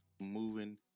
moving